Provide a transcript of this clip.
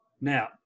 Now